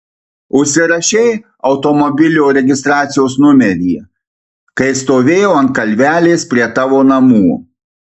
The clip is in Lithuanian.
užsirašei automobilio registracijos numerį kai stovėjau ant kalvelės prie tavo namų